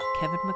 Kevin